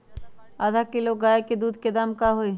आधा किलो गाय के दूध के का दाम होई?